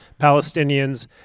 Palestinians